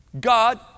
God